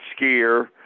skier